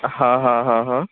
ਹਾਂ ਹਾਂ ਹਾਂ ਹਾਂ